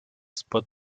spot